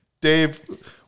Dave